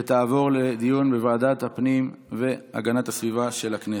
ותעבור לדיון בוועדת הפנים והגנת הסביבה של הכנסת.